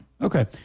Okay